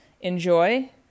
enjoy